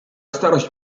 starość